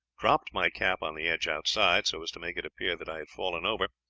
dropped my cap on the edge outside, so as to make it appear that i had fallen over,